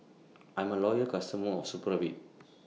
I'm A Loyal customer of Supravit